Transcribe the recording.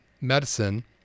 medicine